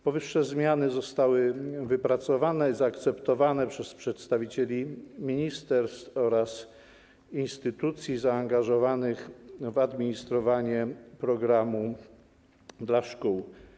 Powyższe zmiany zostały wypracowane, zaakceptowane przez przedstawicieli ministerstw oraz instytucji zaangażowanych w administrowanie „Programem dla szkół”